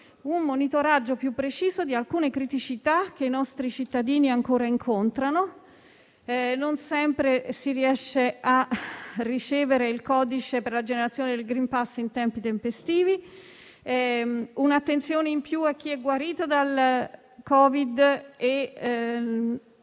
un monitoraggio più preciso di alcune criticità che i nostri cittadini ancora incontrano: non sempre si riesce a ricevere il codice per la generazione del *green pass* in tempi tempestivi; occorre un'attenzione in più a chi è guarito dal Covid